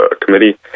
committee